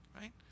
right